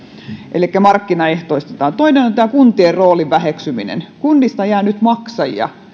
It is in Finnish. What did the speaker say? elikkä markkinaehtoistetaan toinen on kuntien roolin väheksyminen kunnista jää nyt maksajia